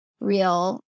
real